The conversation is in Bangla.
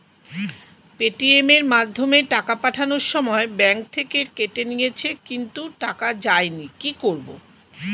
পেটিএম এর মাধ্যমে টাকা পাঠানোর সময় ব্যাংক থেকে কেটে নিয়েছে কিন্তু টাকা যায়নি কি করব?